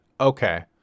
Okay